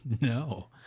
No